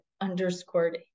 underscore